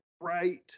right